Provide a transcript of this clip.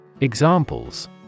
Examples